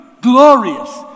Glorious